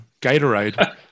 Gatorade